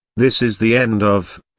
this is the end of,